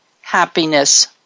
happiness